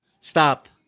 stop